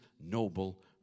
noble